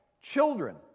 children